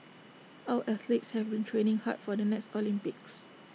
our athletes have been training hard for the next Olympics